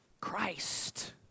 Christ